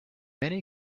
many